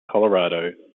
colorado